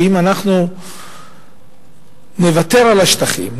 שאם אנחנו נוותר על השטחים,